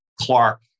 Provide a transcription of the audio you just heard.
Clark